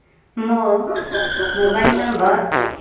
ମୋ mobile number